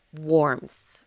warmth